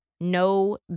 no